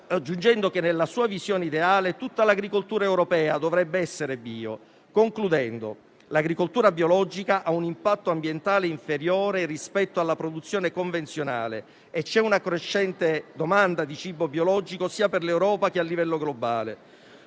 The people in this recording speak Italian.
aggiungendo che, nella sua visione ideale, tutta l'agricoltura europea dovrebbe essere bio. Concludendo, l'agricoltura biologica ha un impatto ambientale inferiore rispetto alla produzione convenzionale e c'è una crescente domanda di cibo biologico, sia per l'Europa sia a livello globale,